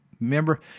Remember